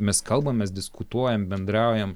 mes kalbamės diskutuojam bendraujam